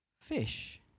fish